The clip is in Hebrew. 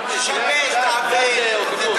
תשבש, תעוות.